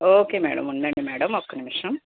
okay madam ఉండండి madam ఒక్క నిమిషం